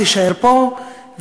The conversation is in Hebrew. תישאר פה,